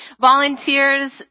volunteers